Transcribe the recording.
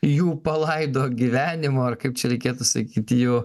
jų palaido gyvenimo ar kaip čia reikėtų sakyt jų